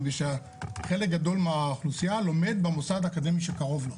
מפני שחלק גדול מהאוכלוסייה לומד במוסד האקדמי שקרוב לו.